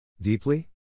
Deeply